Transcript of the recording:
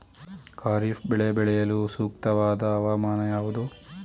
ಖಾರಿಫ್ ಬೆಳೆ ಬೆಳೆಯಲು ಸೂಕ್ತವಾದ ಹವಾಮಾನ ಯಾವುದು?